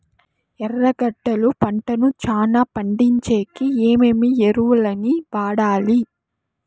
ఎర్రగడ్డలు పంటను చానా పండించేకి ఏమేమి ఎరువులని వాడాలి?